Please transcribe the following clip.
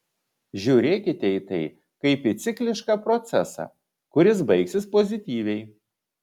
žiūrėkite į tai kaip į ciklišką procesą kuris baigsis pozityviai